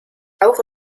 auch